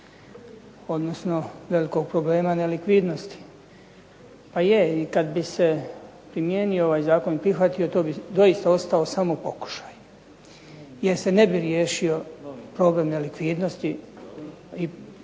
odnosno velikog problema nelikvidnosti. Pa je i kada bi se primijenio ovaj zakon to bi doista ostao samo pokušaj, jer se ne bi riješio problem nelikvidnosti i prihvatit